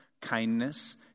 kindness